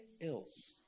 else